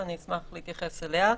ואני אשמח להתייחס אליה.